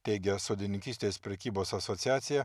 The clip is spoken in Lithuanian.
teigia sodininkystės prekybos asociacija